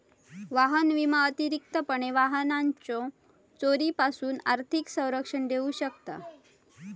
वाहन विमा अतिरिक्तपणे वाहनाच्यो चोरीपासून आर्थिक संरक्षण देऊ शकता